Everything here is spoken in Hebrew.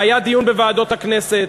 והיה דיון בוועדות הכנסת,